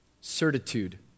certitude